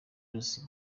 news